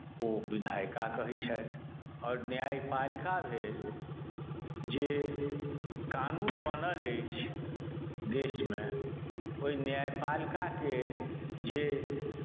ओ विधायिका कहैत छथि आओर न्यायपालिका भेल जे कानून बनल अछि देशमे ओहि न्यायपालिकाके जे